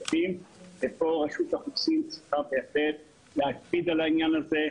ופה רשות האוכלוסין צריכה באמת להקפיד על העניין הזה.